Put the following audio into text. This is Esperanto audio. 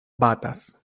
batas